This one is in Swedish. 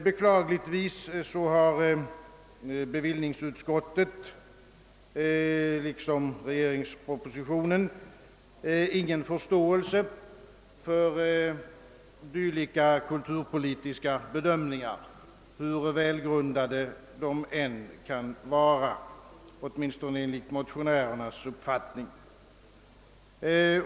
Beklagligtvis har bevillningsutskottet liksom propositionen ingen förståelse för dylika kulturpolitiska bedömningar, hur välgrundade de enligt motionärernas uppfattning än kan vara.